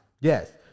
Yes